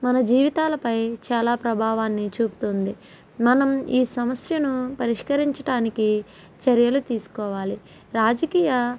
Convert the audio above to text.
మన జీవితాల పై చాలా ప్రభావాన్ని చూపుతుంది మనం ఈ సమస్యను పరిష్కరించటానికి చర్యలు తీస్కోవాలి రాజకీయ